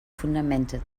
fundamente